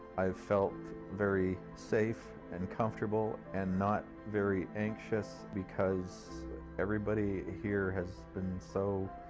i felt very safe and comfortable and not very anxious because everybody here has been so